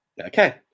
okay